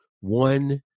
one